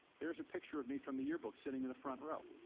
there's a picture of me from the yearbook sitting in the front row.